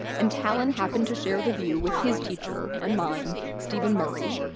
and tallon happened to share the view with his teacher and mine, stephen murray,